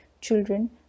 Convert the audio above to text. Children